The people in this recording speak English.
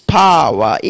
power